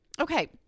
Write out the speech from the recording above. Okay